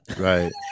right